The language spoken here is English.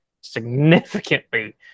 significantly